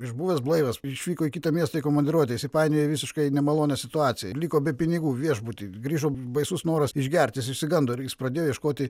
išbuvęs blaivas išvyko į kitą miestą į komandiruotę įsipainiojo į visiškai nemalonią situaciją liko be pinigų viešbutį grįžo baisus noras išgerti jis išsigando ir jis pradėjo ieškoti